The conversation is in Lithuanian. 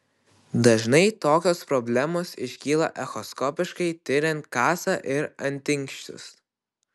dažnai tokios problemos iškyla echoskopiškai tiriant kasą ir antinksčius